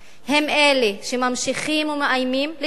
הם אלה שממשיכים ומאיימים לתקוף.